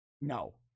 No